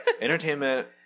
Entertainment